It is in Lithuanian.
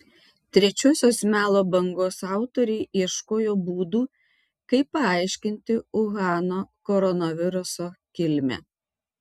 trečiosios melo bangos autoriai ieškojo būdų kaip paaiškinti uhano koronaviruso kilmę